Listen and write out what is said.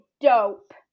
dope